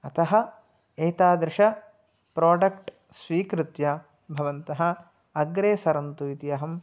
अतः एतादृशं प्रोडक्ट् स्वीकृत्य भवन्तः अग्रे सरन्तु इति अहं